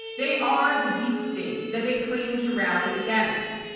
they are the deep state that they claim to rally against.